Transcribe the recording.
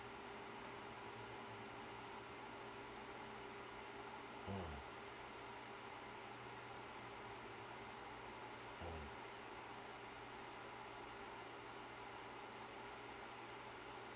mm mm